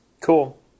Cool